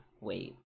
wait